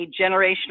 generational